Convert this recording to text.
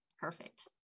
Perfect